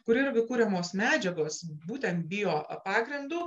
kur irgi kuriamos medžiagos būtent bio pagrindu